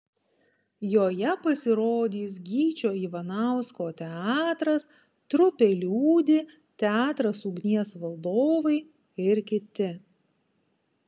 joje pasirodys gyčio ivanausko teatras trupė liūdi teatras ugnies valdovai ir kiti